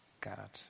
God